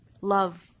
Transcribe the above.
Love